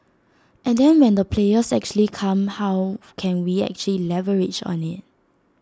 and then when the players actually come how can we actually leverage IT